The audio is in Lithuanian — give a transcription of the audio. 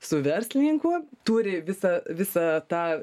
su verslininku turi visą visą tą